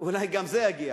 אולי גם זה יגיע.